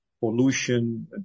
Pollution